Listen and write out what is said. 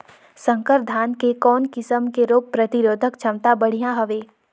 संकर धान के कौन किसम मे रोग प्रतिरोधक क्षमता बढ़िया हवे?